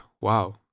wow